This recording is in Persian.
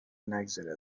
نگذره